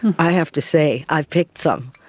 i have to say, i have picked some.